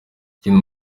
ikindi